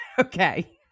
Okay